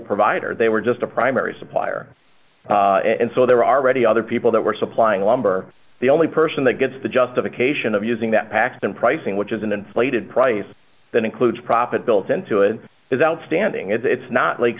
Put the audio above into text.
provider they were just a primary supplier and so there are already other people that were supplying lumber the only person that gets the justification of using that paxson pricing which is an inflated price that includes profit built into it is outstanding it's not lake